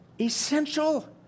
essential